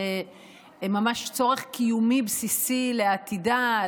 זה ממש צורך קיומי בסיסי לעתידה,